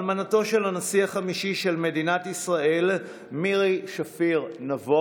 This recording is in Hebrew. אלמנתו של הנשיא החמישי של מדינת ישראל מירי שפיר-נבון,